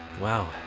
wow